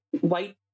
white